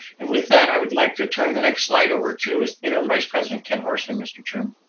and with that, i would like to turn the next slide over to is interim vice president ken horstman, mr. chairman,